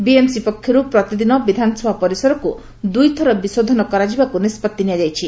BMC ପକ୍ଷରୁ ପ୍ରତିଦିନ ବିଧାନସଭା ପରିସରକୁ ଦୁଇଥର ବିଶୋଧନ କରାଯିବାକୁ ନିଷ୍ବଭି ନିଆଯାଇଛି